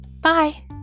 Bye